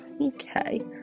okay